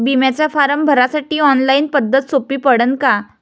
बिम्याचा फारम भरासाठी ऑनलाईन पद्धत सोपी पडन का?